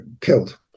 killed